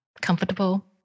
comfortable